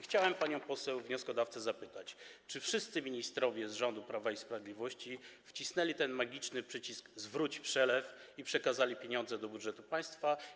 Chciałbym panią poseł wnioskodawcę zapytać: Czy wszyscy ministrowie z rządu Prawa i Sprawiedliwości wcisnęli ten magiczny przycisk „zwróć przelew” i przekazali pieniądze do budżetu państwa?